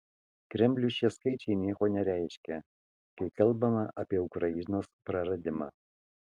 kremliui šie skaičiai nieko nereiškia kai kalbama apie ukrainos praradimą